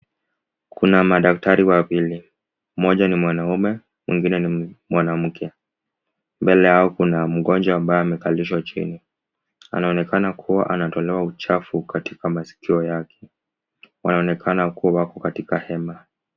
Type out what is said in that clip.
Kuna madaktari wawili, mmoja ni mwanaume, mwingine ni mwanamke. Mbele yao kuna mgonjwa ambaye amekalishwa chini. Anaonekana kuwa anatolewa uchafu katika masikio yake. Wanaonekana kuwa wako katika hema.